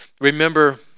remember